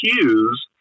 cues